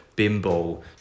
bimbo